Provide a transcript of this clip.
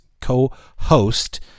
co-host